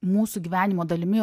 mūsų gyvenimo dalimi